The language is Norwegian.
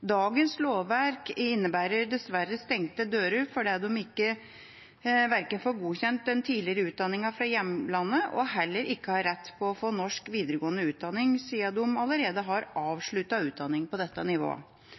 Dagens lovverk innebærer dessverre stengte dører fordi de ikke får godkjent den tidligere utdanningen fra hjemlandet og heller ikke har rett på å få norsk videregående utdanning, siden de allerede har avsluttet utdanning på dette nivået.